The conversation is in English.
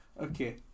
Okay